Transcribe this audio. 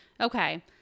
okay